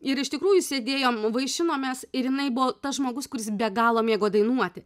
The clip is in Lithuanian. ir iš tikrųjų sėdėjom vaišinomės ir jinai buvo tas žmogus kuris be galo mėgo dainuoti